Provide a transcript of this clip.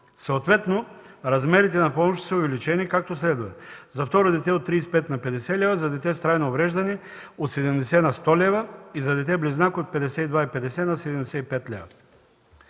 Съответно размерите на помощите са увеличени, както следва: за второ дете – от 35 на 50 лв., за дете с трайно увреждане – от 70 на 100 лв., и за дете-близнак – от 52,50 лв. на 75 лв.